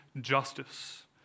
justice